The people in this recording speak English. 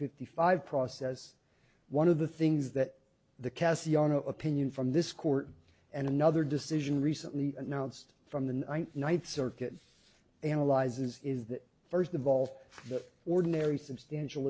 fifty five process one of the things that the cassiano opinion from this court and another decision recently announced from the ninth circuit analyzes is that first of all the ordinary substantial